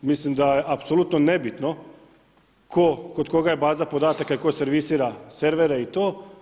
Mislim da je apsolutno nebitno kod koga je baza podataka i tko servisira servere i to.